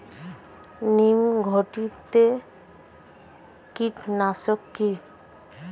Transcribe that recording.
নিম ঘটিত কীটনাশক কি?